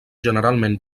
generalment